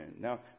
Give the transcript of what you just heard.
Now